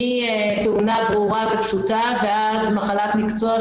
מתאונה ברורה ופשוטה ועד מחלת מקצוע,